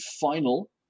final